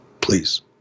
please